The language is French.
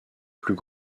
plus